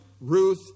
Ruth